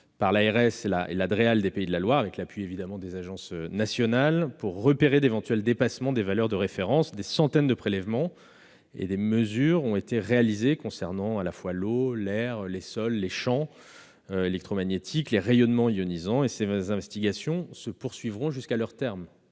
par l'ARS et la Dreal des Pays de la Loire- avec l'appui des agences nationales -pour repérer d'éventuels dépassements des valeurs de référence. Des centaines de prélèvements et de mesures ont été réalisées concernant l'eau, l'air, les sols, les champs électromagnétiques, les rayonnements ionisants ... Ces investigations se poursuivront jusqu'à leur terme.